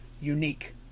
unique